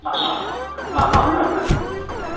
लादों आरो ना